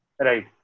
Right